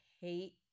hate